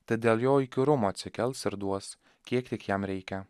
tad dėl jo įkyrumo atsikels ir duos kiek tik jam reikia